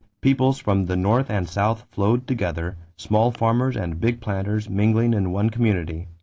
peoples from the north and south flowed together, small farmers and big planters mingling in one community.